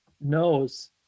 knows